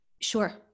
Sure